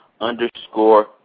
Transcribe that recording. Underscore